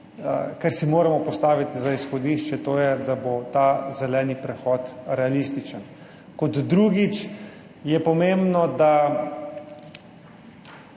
kar si moramo postaviti za izhodišče, to je, da bo ta zeleni prehod realističen. Kot drugič je pomembno, da